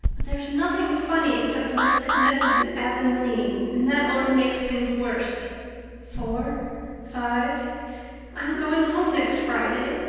but there's nothing funny except what is connected with avonlea, and that only makes things worse four five i'm going home next friday,